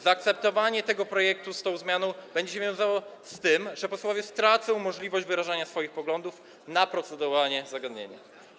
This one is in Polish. Zaakceptowanie tego projektu z tą zmianą będzie się wiązało z tym, że posłowie stracą możliwość wyrażania swoich poglądów na procedowane zagadnienia.